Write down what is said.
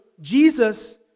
Jesus